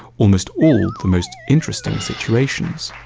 almost all the most interesting situations.